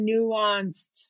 nuanced